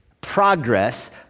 progress